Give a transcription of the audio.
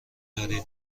دارید